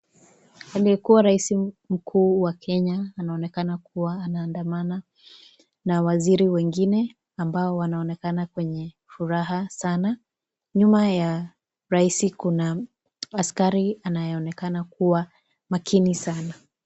Aliyekuwa raisi mkuu wa Kenya anaonekana kuwa anaandamana na waziri wengine ambao wanaonekana kwenye furaha sana, nyuma ya raisi kuna askari anayeonekana kuwa makini sana.